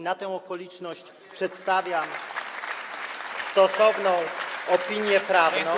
Na tę okoliczność przedstawiam stosowną opinię prawną.